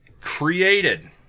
created